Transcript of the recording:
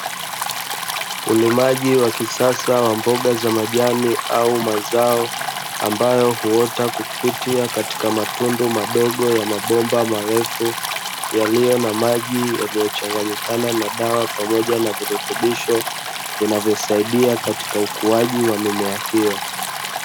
Ulimaji wa kisasa wa mboga za majani au mazao, ambayo huota kupitia katika matundu madogo ya mabomba marefu, yaliyo na maji yaliyochanganyikana na dawa, pamoja na virutubisho vinavyosaidia katika ukuaji wa mimea hiyo.